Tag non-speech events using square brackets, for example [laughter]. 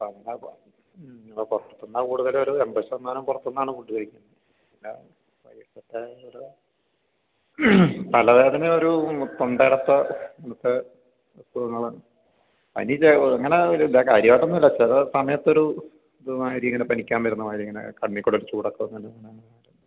[unintelligible] പുറത്തുനിന്നാണ് കൂടുതലൊരു എൺപത് ശതമാനം പുറത്തുനിന്നാണ് ഫുഡ് കഴിക്കുന്നത് പിന്നെ വൈകിട്ടത്തെ ഒരു തലവേദന ഒരു തൊണ്ട അടപ്പ് ബുദ്ധിമുട്ട് അത് ഇതേപോലെ അങ്ങനെ ഇതില്ല കാര്യമായിട്ടൊന്നും ഇല്ല ചില സമയത്തൊരു ഇത് മാതിരി ഇങ്ങനെ പനിക്കാൻ വരുന്നത് മാതിരി ഇങ്ങനെ കണ്ണിൽ കൂടെ ഒരു ചൂടൊക്കെ വന്ന് ഇങ്ങനെ ഒരു